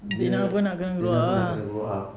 dia zina pun nak kena grow up